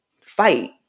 fight